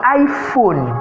iPhone